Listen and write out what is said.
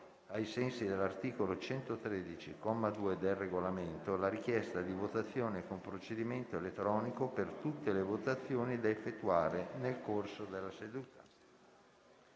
ai sensi dell'articolo 113, comma 2, del Regolamento, la richiesta di votazione con procedimento elettronico per tutte le votazioni da effettuare nel corso della seduta.